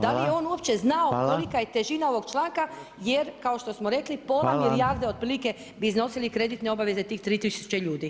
Da li je on uopće znao kolika je težina ovog članka, jer kao što smo rekli pola milijarde otprilike bi iznosili kreditne obaveze tih 3000 ljudi.